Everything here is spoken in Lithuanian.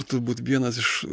turbūt vienas iš